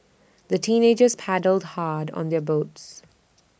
the teenagers paddled hard on their boats